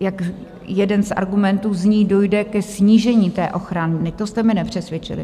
jak jeden z argumentů zní, dojde ke snížení té ochrany, to jste mě nepřesvědčili.